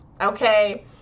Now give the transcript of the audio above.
okay